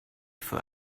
for